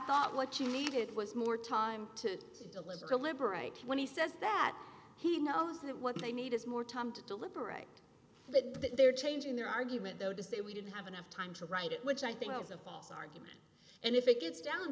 thought what you needed was more time to deliver collaborate when he says that he knows that what they need is more time to deliberate but they're changing their argument though to say we didn't have enough time to write it which i think it's a false argument and if it gets down